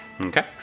Okay